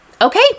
Okay